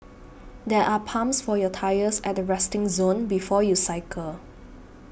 there are pumps for your tyres at the resting zone before you cycle